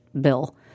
bill